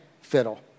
fiddle